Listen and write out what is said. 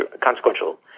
consequential